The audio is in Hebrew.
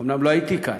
אומנם לא הייתי כאן,